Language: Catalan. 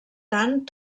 tant